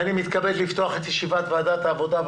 אני מתכבד לפתוח את ישיבת ועדת העבודה,